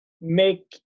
make